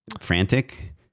frantic